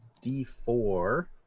d4